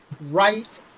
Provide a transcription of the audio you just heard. right